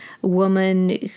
woman